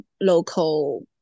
local